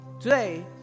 today